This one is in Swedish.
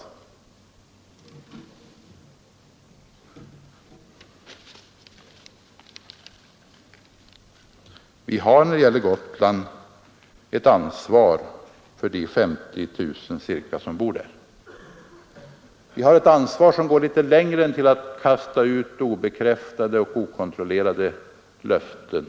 Vi har ett ansvar för de ca 50 000 personer som bor på Gotland, ett ansvar som sträcker sig litet längre än till att kasta ut obekräftade och okontrollerade löften.